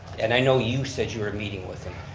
and i know you said you were meeting with him.